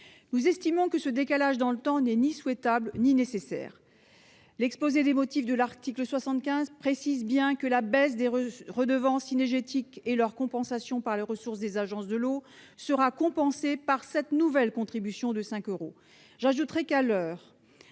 Nous estimons que ce décalage dans le temps n'est ni souhaitable ni nécessaire. L'exposé des motifs susvisé précise bien que la baisse des redevances cynégétiques et le prélèvement sur les ressources des agences de l'eau seront compensés par cette nouvelle contribution de 5 euros. À l'heure